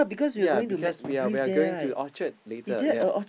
yea because we are we are going to Orchard later yea